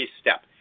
step